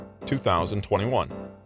2021